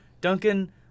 Duncan